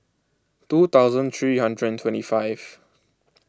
two thousand three hundred twenty five